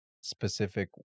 specific